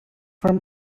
from